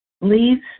leaves